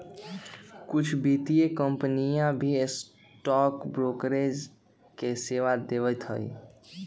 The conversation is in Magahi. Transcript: कुछ वित्तीय कंपनियन भी स्टॉक ब्रोकरेज के सेवा देवा हई